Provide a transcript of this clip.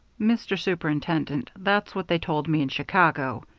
mr. superintendent, that's what they told me in chicago,